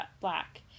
black